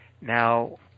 now